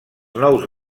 nous